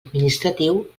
administratiu